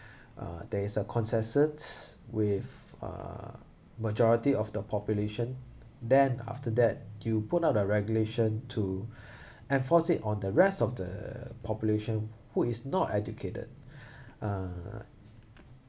uh there is a consensus with uh majority of the population then after that you put out a regulation to enforce it on the rest of the population who is not educated uh